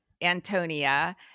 Antonia